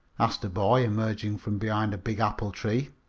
asked a boy, emerging from behind a big apple tree.